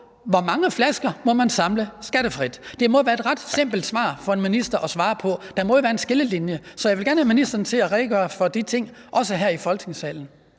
hvor mange flasker man må samle skattefrit. Det må være ret simpelt for en minister at svare på, for der må jo være en skillelinje. Så jeg vil gerne have ministeren til at redegøre for de ting, også her i Folketingssalen.